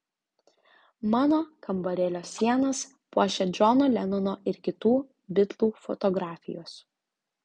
mano kambarėlio sienas puošia džono lenono ir kitų bitlų fotografijos